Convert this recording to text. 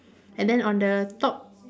and then on the top